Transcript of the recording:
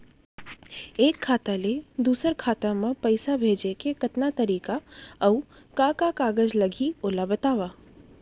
एक खाता ले दूसर खाता मा पइसा भेजे के कतका तरीका अऊ का का कागज लागही ओला बतावव?